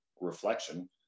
reflection